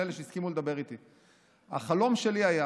לאלה שהסכימו לדבר איתי: החלום שלי היה